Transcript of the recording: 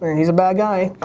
he's a bad guy.